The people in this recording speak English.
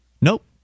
Nope